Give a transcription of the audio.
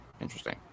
interesting